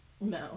No